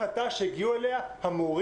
זו החלטה שהגיעו אליה המורים,